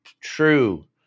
true